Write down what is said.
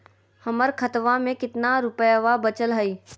हमर खतवा मे कितना रूपयवा बचल हई?